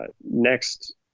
next